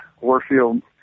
Warfield